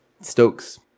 Stokes